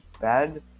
bad